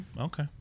Okay